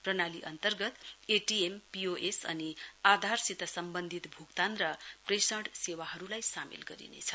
प्रणाली अन्तर्गत A T M P O S अनि आधारसित सम्वन्धित भूक्तान र प्रेषण सेवाहरूलाई सामेल गरिनेछ